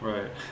Right